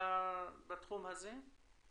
בתחום הזה?